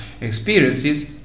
experiences